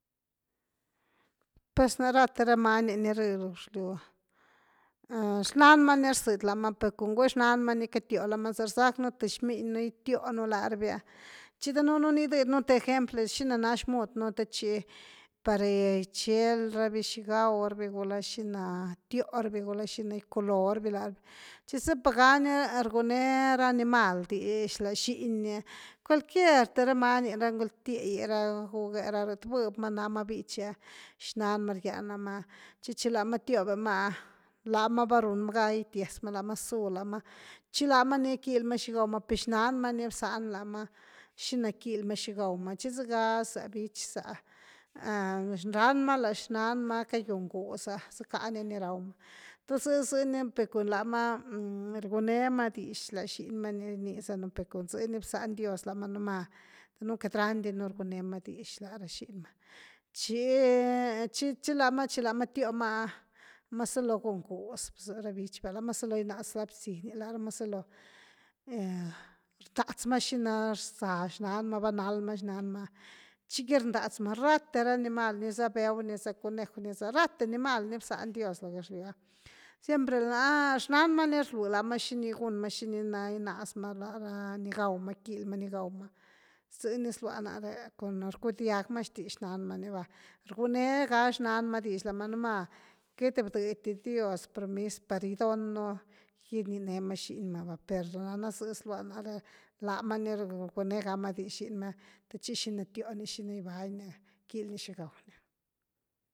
Pues na rathe ra many ni rh lo gexlyw, xnan ma ni rxëdy lama, per com bgui xnan ma ni catio lama, za rzacknú th xminy nú gitionú lñára vi’a tchi danuun ni gidid nú th ejemplo xina na xmud nú te tchgi par gichel rabi xi gaw raví, gula xina tio rabi, gula xina gickuloo rabi lá ra vi, tchi zepa ga ni rgune ra animal dix la xiny, cualquier th ra many, ra ngultie’gy, ra gug’e ra, lat bëb ma náma bichy’a xnan ma rgian lama chic hi lama va tiobe ma’a láma va run ma gan gitiez ma, láma zú lama, tchi lama ni quil ma xi gaw ma per xnan ma ni bzan lama xina quil ma xi gaw ma tchi zega za bich za, xnan ma, la xnan. ma cayun gús ah sackani ni rawa, te zë-zëni per com lama rgunemadix la xiny ma ni ginizanu per com zë ni bzan dios lama pero núma danuun queity randinu rguma na dix la ra xiny ma, tchi-tchi lama tió ma ‘ah lama zaloo gun guz za ra bich va, lama zalo ginaz ra bziny, lar ama zalo, rndatz m axina rza xnan ma va nald ma xnan ma chiqui rnatz ma, rathe ra animal nickla béw, niza conej’w niza, rathe dis animal ni bzan dios lo gexlyw ah siempre láh xnan ma ni rlui lama cini gun ma, xini na ginazma lara ni gaw ma, quily ma ni gaw ma ze ni zlua náré com rckudiag ma xtix xnan ma ni va rguine ga xnan ma dix lamá, nú ma queity bdëdy di dios permis par gydon nú gininee ma xiny ma va, per náre zë zlua náre, la ma ni rgui ne gama dix xiny ma te tchi xina tio ni xina gibany ni quily ni xi gaw ni.